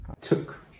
took